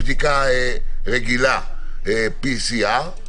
בדיקה רגילה, PCR,